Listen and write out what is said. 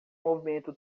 movimento